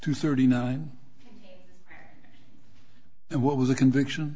two thirty nine and what was a conviction